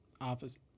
Opposite